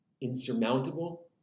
insurmountable